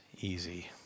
easy